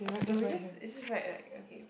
no we just we just write like okay